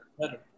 Better